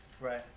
right